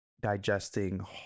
digesting